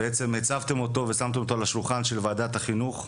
בעצם הצבתם אותו ושמתם אותו על השולחן של וועדת החינוך,